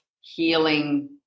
healing